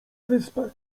wyspę